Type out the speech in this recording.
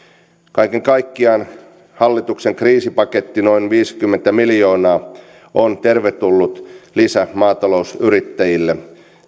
kaiken kaikkiaan hallituksen kriisipaketti noin viisikymmentä miljoonaa on tervetullut lisä maatalousyrittäjille